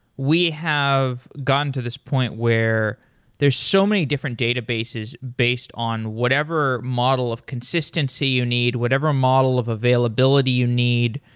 we have gone to this point where there's so many different databases based on whatever model of consistency you need, whatever a model of availability you need.